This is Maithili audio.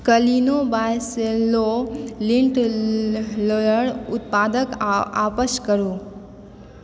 Cleano by Cello lint roller उत्पादके आपस करू